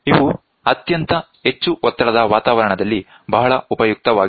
ಇವು ಅತ್ಯಂತ ಹೆಚ್ಚು ಒತ್ತಡದ ವಾತಾವರಣದಲ್ಲಿ ಬಹಳ ಉಪಯುಕ್ತವಾಗಿವೆ